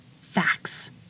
facts